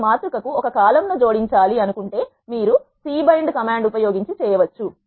మీరు మాతృక కు ఒక కాలమ్ ను జోడించాలి అను కుంటే మీరు సి బైండ్ కమాండ్ ఉపయోగించి చేయవచ్చు